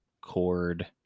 cord